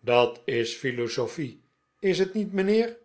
dat is philosophie is t niet mijnheer